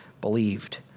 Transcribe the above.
believed